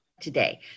today